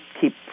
keep